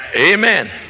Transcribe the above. Amen